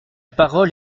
parole